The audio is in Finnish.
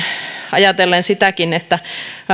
ajatella sitäkin että